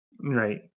right